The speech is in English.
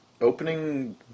opening